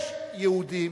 יש יהודים,